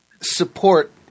support